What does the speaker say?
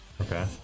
Okay